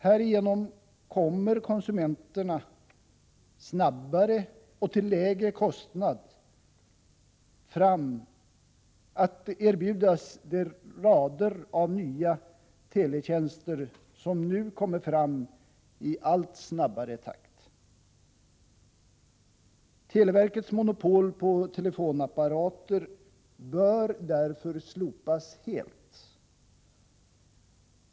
Härigenom kommer konsumenterna snabbare och till lägre kostnad att erbjudas de rader av teletjänster som nu kommer fram i allt snabbare takt. Televerkets monopol på telefonapparater bör därför slopas helt.